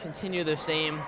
continue the same